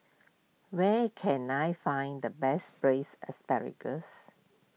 where can I find the best Braised Asparagus